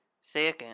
Second